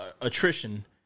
attrition